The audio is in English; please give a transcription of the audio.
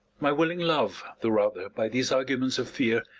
my willing love, the rather by these arguments of fear,